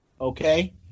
Okay